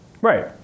Right